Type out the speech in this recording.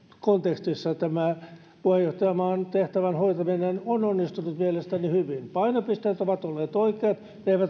kontekstissa tämä puheenjohtajamaan tehtävän hoitaminen on on onnistunut mielestäni hyvin painopisteet ovat olleet oikeat